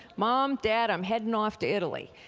mom, dad, i'm heading off to italy.